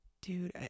Dude